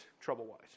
trouble-wise